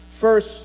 First